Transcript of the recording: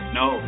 no